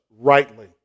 rightly